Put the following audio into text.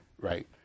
Right